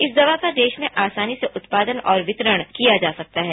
इस दवा का देश में आसानी से उत्पादन और वितरण किया जा सकता है